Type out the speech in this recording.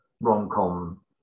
rom-com